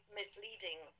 misleading